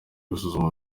gusuzuma